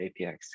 APX